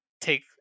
take